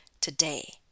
today